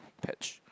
patch